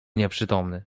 nieprzytomny